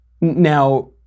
Now